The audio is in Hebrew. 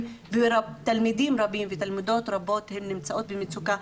ותלמידים ותלמידות רבים נמצאים במצוקה,